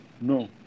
no